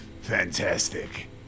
fantastic